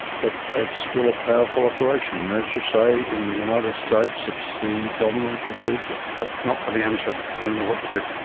but it ah still a powerful operation. as you say, in the united states it's the dominant procedure. but not for the amateur, you've got to know what to do.